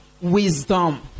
wisdom